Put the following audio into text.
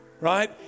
right